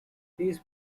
these